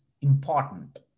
important